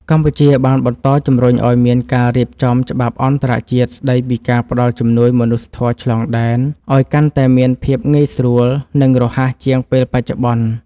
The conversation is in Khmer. កម្ពុជាបានបន្តជម្រុញឱ្យមានការរៀបចំច្បាប់អន្តរជាតិស្តីពីការផ្តល់ជំនួយមនុស្សធម៌ឆ្លងដែន ឱ្យកាន់តែមានភាពងាយស្រួល និងរហ័សជាងពេលបច្ចុប្បន្ន។